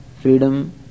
freedom